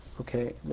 Okay